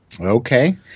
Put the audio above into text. Okay